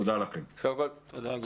תודה רבה.